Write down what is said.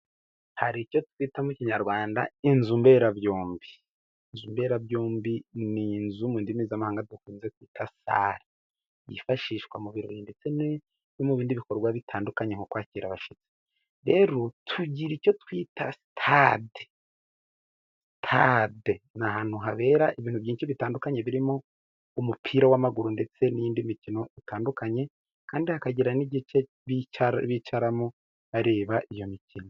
Hari icyo twita mu kinyarwanda inzu mberabyombi. Inzu mberabyombi ni inzu mu ndimi zamahanga dukunze kwita iyifashishwa mu birori ndetse no mu bindi bikorwa bitandukanye, nko kwakira abashyitsi. Rero tugira icyo twita sitade, sitade ni ahantu habera ibintu byinshi bitandukanye birimo umupira w'amaguru, ndetse n'indi mikino itandukanye, kandi hakagira n'igice bicaramo bareba iyo mikino.